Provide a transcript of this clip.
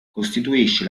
costituisce